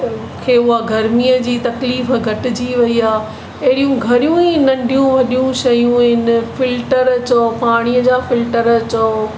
खे उहा गर्मी जी तकलीफ़ घटजी वई आहे अहिड़ियूं घणियूं ई नंढियूं वॾियूं शयूं आहिनि फिल्टर चओ पाणीअ जा फिल्टर चओ